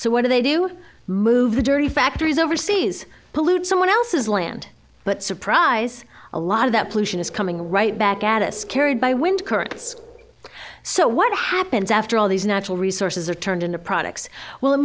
so what do they do move the dirty factories overseas pollute someone else's land but surprise a lot of that pollution is coming right back at us carried by wind currents so what happens after all these natural resources are turned into products well